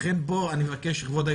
לכן כבוד היושב-ראש,